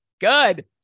Good